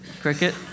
cricket